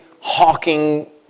hawking